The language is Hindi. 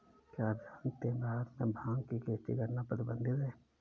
क्या आप जानते है भारत में भांग की खेती करना प्रतिबंधित है?